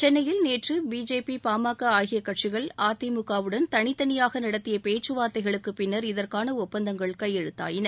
சென்னையில் நேற்று பிஜேபி பாமக ஆகிய கட்சிகள் அதிமுகவுடன் தளித்தளியாக நடத்திய பேச்சுவார்த்தைகளுக்கு பின்னர் இதற்கான ஒப்பந்தங்கள் கையெழுத்தாகின